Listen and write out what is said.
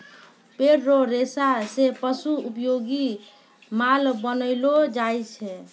पेड़ रो रेशा से पशु उपयोगी माल बनैलो जाय छै